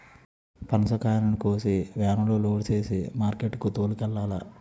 పనసకాయలను కోసి వేనులో లోడు సేసి మార్కెట్ కి తోలుకెల్లాల